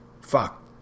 fuck